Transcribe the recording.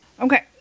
Okay